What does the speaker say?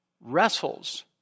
wrestles